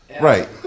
Right